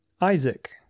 Isaac